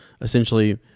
essentially